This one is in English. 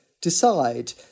Decide